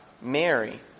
Mary